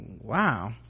wow